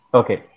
okay